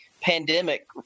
pandemic